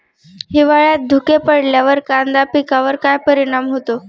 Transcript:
हिवाळ्यात धुके पडल्यावर कांदा पिकावर काय परिणाम होतो?